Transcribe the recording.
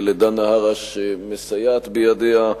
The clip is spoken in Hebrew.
לדנה הרש שמסייעת בידיה,